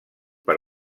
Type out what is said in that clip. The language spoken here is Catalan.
per